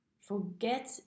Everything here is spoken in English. forget